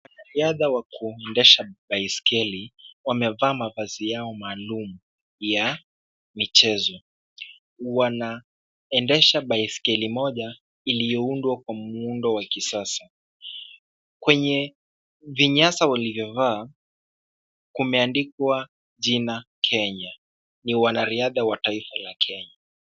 Wanariadha wa kuendesha baiskeli, wamevaa mavazi yao maalum ya michezo. wanaendesha baiskeli moja, iliyoundwa kwa muundo wa kisasa. Kwenye vinyasa walivyo vaa, kumeandikwa jina Kenya. Ni wanariadha wa taifa la Kenya.